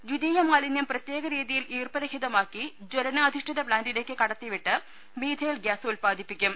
ദ്ധിതീയ മാലിന്യം പ്രത്യേക രീതിയിൽ ഈർപ്പ രഹിതമാക്കി ജലനാധിഷ്ഠിത പ്താന്റിലേക്ക് കടത്തിവിട്ട് മീഥെയിൽ ഗ്യാസ് ഉൽപ്പാദിപ്പിക്കും